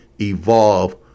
evolve